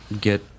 get